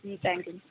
thank you ma'am